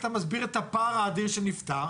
אז איך אתה מסביר את הפער האדיר שנפרע?